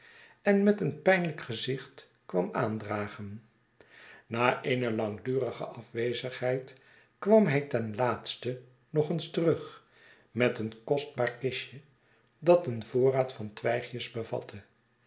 en met een pijnlijk gezicht kwam aandragen na eene langdurige afwezigheid kwam hij ten laatste nog eens terug met een kostbaar kistje dat een voorraad van twijgjes bevatte